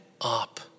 up